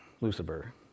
Lucifer